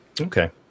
Okay